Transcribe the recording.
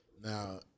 Now